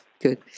good